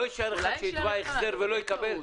לא יישאר אחד שיתבע החזר ולא יקבל?